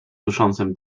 duszącym